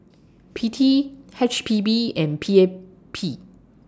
P T H P B and P A P